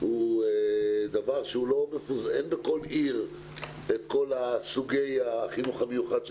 הוא דבר שאין בכל עיר את כל סוגי החינוך המיוחד.